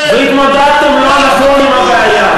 והתמודדתם לא נכון עם הבעיה,